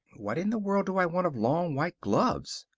what in the world do i want of long white gloves!